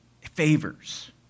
favors